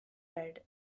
red